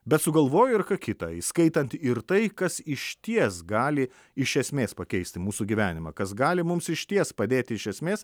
bet sugalvojo ir ką kitą įskaitant ir tai kas išties gali iš esmės pakeisti mūsų gyvenimą kas gali mums išties padėti iš esmės